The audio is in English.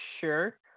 Sure